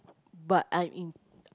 but I'm in